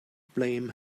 blame